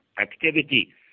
activity